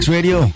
Radio